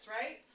right